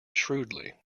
shrewdly